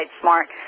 Smart